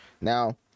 now